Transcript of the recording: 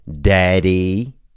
daddy